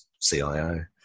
CIO